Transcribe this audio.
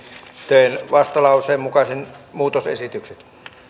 teen vastalauseen mukaiset muutosesitykset